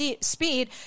speed